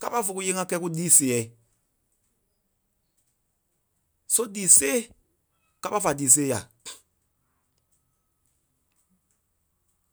Kâpa fé kúyee ŋá kɛ́ɛ kú líi seɛɛi. Só lii sêe, kâpa fa lii sêe yà.